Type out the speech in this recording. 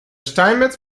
steinmetz